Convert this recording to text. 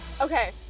Okay